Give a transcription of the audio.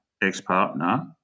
ex-partner